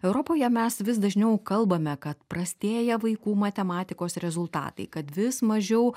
europoje mes vis dažniau kalbame kad prastėja vaikų matematikos rezultatai kad vis mažiau